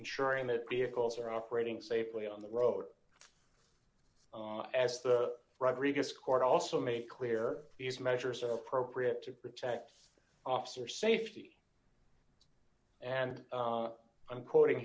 ensuring that vehicles are operating safely on the road as the d rodrigues court also made clear these measures are appropriate to protect officer safety and i'm quoting